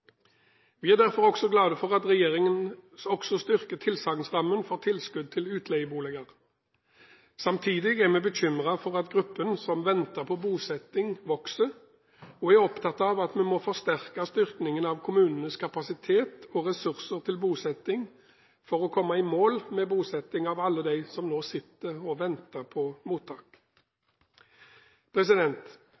Vi er derfor glad for at regjeringen også styrker tilsagnsrammen for tilskudd til utleieboliger. Samtidig er vi bekymret for at gruppen som venter på bosetting, vokser, og er opptatt av at vi må fortsette styrkingen av kommunenes kapasitet og ressurser til bosetting for å komme i mål med bosettingen av alle dem som nå sitter på mottak og venter.